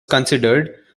considered